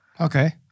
Okay